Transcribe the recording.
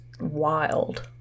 wild